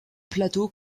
plateau